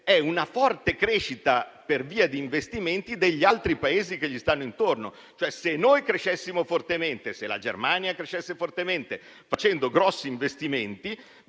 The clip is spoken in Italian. è una forte crescita per via di investimenti degli altri Paesi intorno; cioè se noi crescessimo fortemente e se la Germania crescesse fortemente facendo grandi investimenti,